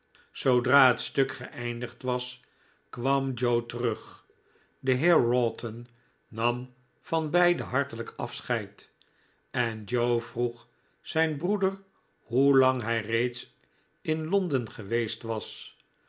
zoodra het stuk geeindigd was kwam joe terug de heer wroughton nam van beiden hartelijk afseheid en joe vroeg zijn broeder hoelang hij reeds in l o n d e n geweest was